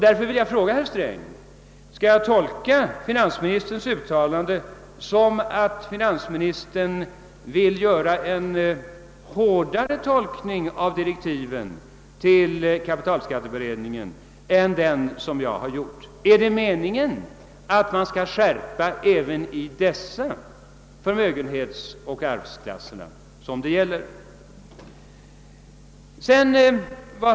Därför vill jag fråga finansministern: Skall jag tyda finansministerns uttalande så, att finansministern vill göra en hårdare tolkning av direktiven till kapitalskatteutredningen än den jag gjort? Är det meningen att det skall bli en skärpning även i de lägre förmögenhetsoch arvsklasser som jag här talat om?